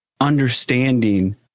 understanding